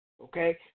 okay